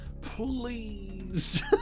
Please